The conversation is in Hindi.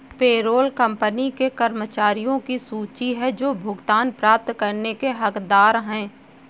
पेरोल कंपनी के कर्मचारियों की सूची है जो भुगतान प्राप्त करने के हकदार हैं